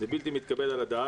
זה לא מתקבל על הדעת.